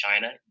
China